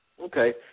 Okay